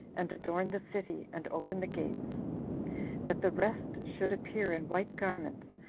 and adorn the city, and open the gates that the rest should appear in white garments,